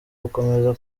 gukomeza